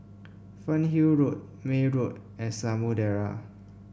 Fernhill Road May Road and Samudera